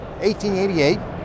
1888